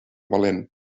valent